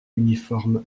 uniforme